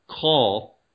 call